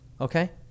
okay